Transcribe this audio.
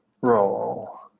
Roll